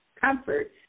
comfort